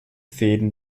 fäden